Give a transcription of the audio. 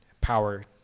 power